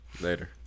Later